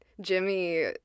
Jimmy